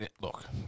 look